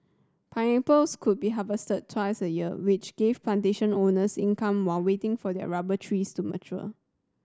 pineapples could be harvested twice a year which gave plantation owners income while waiting for their rubber trees to mature